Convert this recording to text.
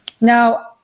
Now